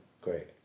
Great